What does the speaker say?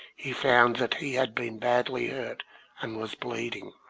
he found that he had been badly hurt and was bleeding.